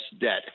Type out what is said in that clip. debt